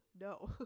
No